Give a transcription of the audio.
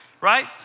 right